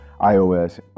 iOS